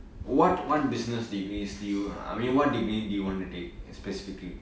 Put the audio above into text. what one business degree you I mean what degree do you want to take specifically